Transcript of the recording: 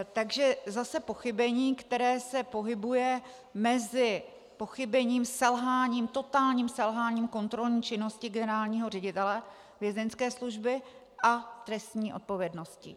Takže zase pochybení, které se pohybuje mezi pochybením a totálním selháním kontrolní činnosti generálního ředitele Vězeňské služby a trestní odpovědnosti.